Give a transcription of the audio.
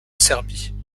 serbie